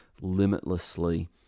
limitlessly